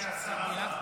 רגע,